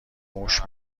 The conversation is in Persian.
موش